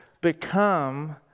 become